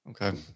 Okay